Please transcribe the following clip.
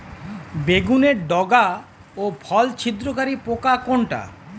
বেগুনের ডগা ও ফল ছিদ্রকারী পোকা কোনটা?